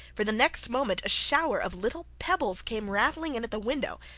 for the next moment a shower of little pebbles came rattling in at the window,